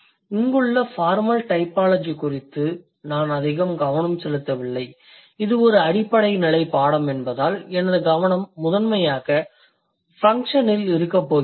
இங்குள்ள formal typology குறித்து நான் அதிகம் கவனம் செலுத்தவில்லை இது ஒரு அடிப்படை நிலை பாடம் என்பதால் எனது கவனம் முதன்மையாக ஃபன்க்ஷனில் இருக்கப் போகிறது